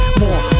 more